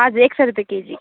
हजुर एक सय रुपियाँ केजी